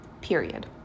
period